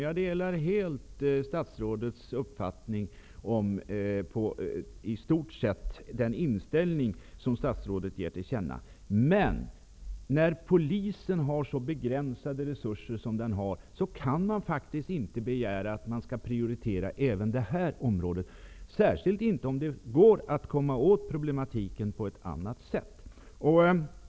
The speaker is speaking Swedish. Jag delar i stort sett den inställning som statsrådet ger till känna, men när polisen har så begränsade resurser kan man inte begära att den skall prioritera även det här området, särskilt inte om det går att komma åt problematiken på ett annat sätt.